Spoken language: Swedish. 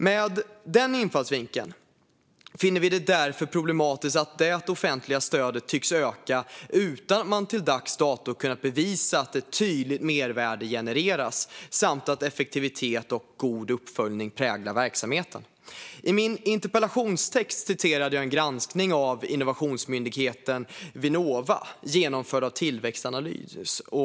Med den infallsvinkeln finner vi det därför problematiskt att det offentliga stödet tycks öka utan att man till dags dato har kunnat bevisa att ett tydligt mervärde genereras och att effektivitet och god uppföljning präglar verksamheten. I min interpellationstext citerade jag en granskning av innovationsmyndigheten Vinnova, genomförd av Tillväxtanalys.